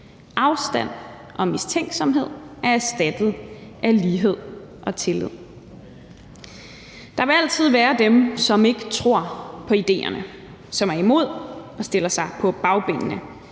Afstand og mistænksomhed er erstattet af lighed og tillid. Kl. 14:52 Der vil altid være dem, som ikke tror på idéerne, som er imod og stiller sig på bagbenene,